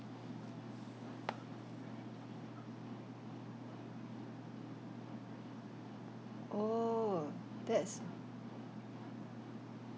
oh that's